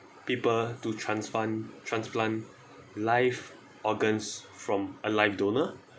people to transplant transplant live organs from a live donor